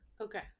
Okay